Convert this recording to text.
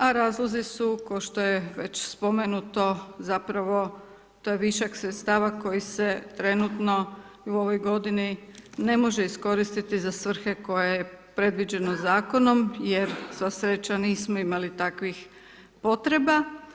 A razlozi, ko što je već spomenuto, zapravo to je višak sredstava koji bi se trenutno, u ovoj g. ne može iskoristiti za svrhe koje je predviđeno zakonom, jer sva sreća nismo imali takvih potreba.